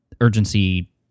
urgency